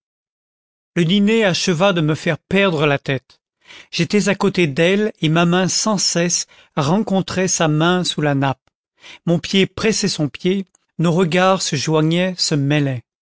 le dîner acheva de me faire perdre la tête j'étais à côté d'elle et ma main sans cesse rencontrait sa main sous la nappe mon pied pressait son pied nos regards se joignaient se